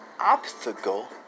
obstacle